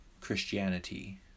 Christianity